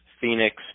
Phoenix